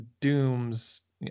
Doom's